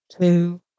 two